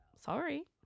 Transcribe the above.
sorry